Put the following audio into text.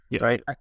right